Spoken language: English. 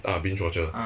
uh binge watcher